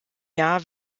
jahr